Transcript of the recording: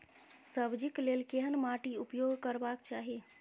सब्जी कऽ लेल केहन माटि उपयोग करबाक चाहि?